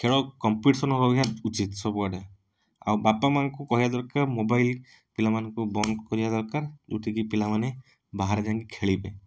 ଖେଳ କମ୍ପିଟିସନ୍ ହବା ଉଚିତ୍ ସବୁଆଡ଼େ ଆଉ ବାପା ମାଁ ଙ୍କୁ କହିବା ଦରକାର ମୋବାଇଲ ପିଲାମାନଙ୍କୁ ବନ୍ଦ କରିବା ଦରକାର ଯେଉଁଠି କି ପିଲାମାନେ ବାହାରେ ଯାଇଁକି ଖେଳିବେ